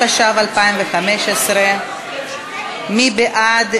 התשע"ו 2015. מי בעד?